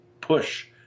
Push